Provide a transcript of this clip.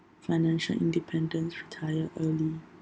financial independence retire early